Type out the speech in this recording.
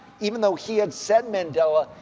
even though he had said, mandela,